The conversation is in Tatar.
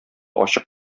ачык